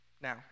now